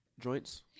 joints